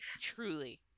truly